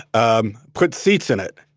um put seats in it,